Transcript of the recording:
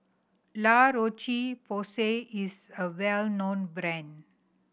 La Roche Porsay is a well known brand